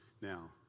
Now